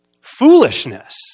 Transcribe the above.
Foolishness